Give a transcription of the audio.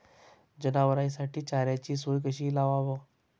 जनावराइसाठी चाऱ्याची सोय कशी लावाव?